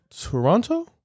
Toronto